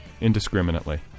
indiscriminately